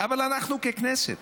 אבל אנחנו ככנסת,